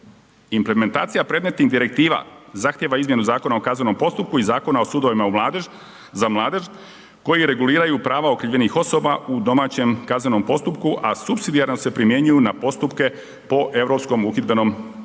Implementacija predmetnih direktiva zahtijeva izmjenu Zakona o kaznenom postupku i Zakona o sudovima za mladež koji reguliraju prava okrivljenih osoba u domaćem kaznenom postupku, a supsidijarno se primjenjuju na postupke po Europskom uhidbenom nalogu.